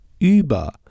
über